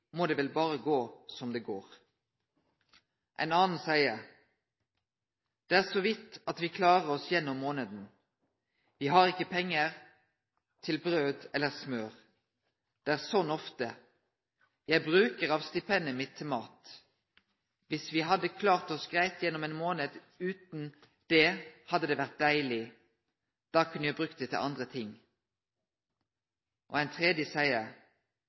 må det vel bare gå som det går.» Ein annan seier: «Det er så vidt at vi klarer oss gjennom måneden. Vi har ikke penger til brød eller smør. Det er sånn ofte. Jeg bruker av stipendet mitt til mat. Hvis vi hadde klart oss greit gjennom en måned uten det, hadde det vært deilig. Da kunne jeg brukt det til andre ting.» Og ein tredje